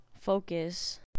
focus